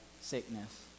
sickness